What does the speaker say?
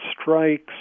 strikes